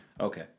Okay